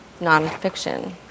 nonfiction